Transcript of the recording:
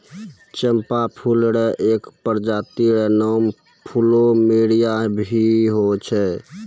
चंपा फूल र एक प्रजाति र नाम प्लूमेरिया भी होय छै